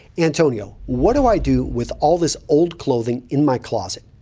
antonio, what do i do with all this old clothing in my closet?